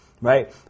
right